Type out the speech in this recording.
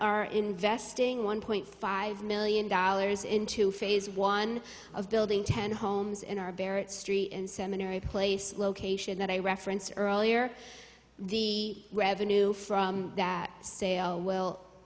investing one point five million dollars into phase one of building ten homes in our barrett street and seminary place location that i referenced earlier the revenue from that sale will